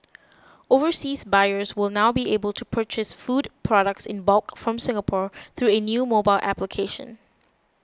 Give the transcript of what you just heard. overseas buyers will now be able to purchase food products in bulk from Singapore through a new mobile application